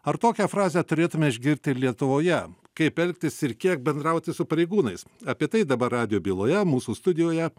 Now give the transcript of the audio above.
ar tokią frazę turėtume išgirti ir lietuvoje kaip elgtis ir kiek bendrauti su pareigūnais apie tai dabar radijo byloje mūsų studijoje